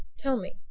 tell me.